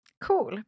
Cool